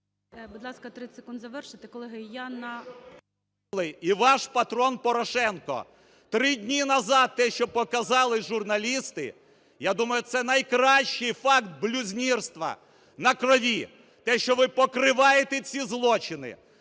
Будь ласка, 30 секунд завершити. Колеги, я на… СОБОЛЄВ С.В. …і ваш патрон Порошенко. Три дні назад те, що показали журналісти, я думаю, це найкращий факт блюзнірства на крові, те, що ви покриваєте ці злочини,